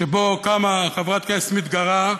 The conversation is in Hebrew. שבו קמה חברת כנסת מתגרה,